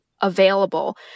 available